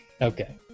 Okay